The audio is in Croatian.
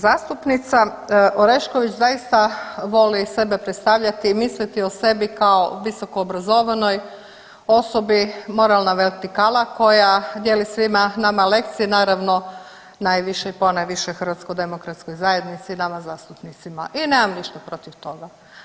Zastupnica Orešković zaista voli sebe predstavljati i misliti o sebi kao visokoobrazovanoj osobi, moralna vertikala koja dijeli svima nama lekcije, naravno, najviše i ponajviše HDZ-u i nama zastupnicima i nemam ništa protiv toga.